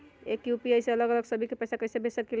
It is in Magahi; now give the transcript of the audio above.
एक यू.पी.आई से अलग अलग सभी के पैसा कईसे भेज सकीले?